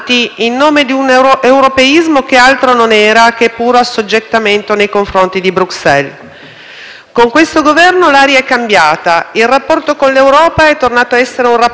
Con questo Governo l'aria è cambiata: il rapporto con l'Europa è tornato ad essere un rapporto alla pari e la voce del nostro Paese non rimane inascoltata come succedeva in passato.